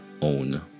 own